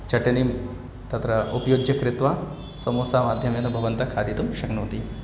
चटनिं तत्र उपयुज्य कृत्वा समोसामाध्यमेन भवन्तः खादितुं शक्नोति